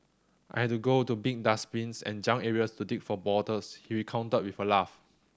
I had to go to big dustbins and junk areas to dig for bottles he recounted with a laugh